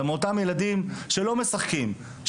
זה מאותם ילדים שלא משחקים,